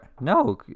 No